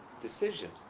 decision